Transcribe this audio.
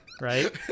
right